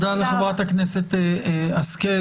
תודה לחברת הכנסת השכל.